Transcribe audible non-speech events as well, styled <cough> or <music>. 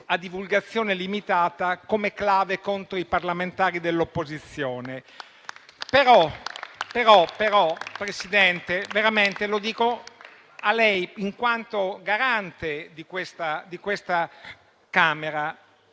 a divulgazione limitata come clave contro i parlamentari dell'opposizione. <applause> Signor Presidente, lo dico a lei in quanto garante di questa Camera: